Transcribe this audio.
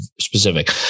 specific